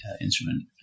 instrument